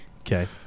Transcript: Okay